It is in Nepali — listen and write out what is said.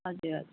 हजुर हजुर